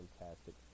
fantastic